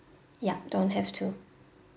yup don't have to